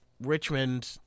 Richmond